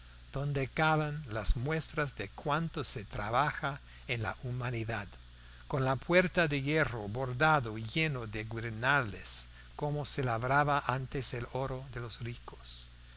donde caben las muestras de cuanto se trabaja en la humanidad con la puerta de hierro bordado y lleno de guirnaldas como se labraba antes el oro de los ricos